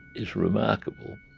is remarkable.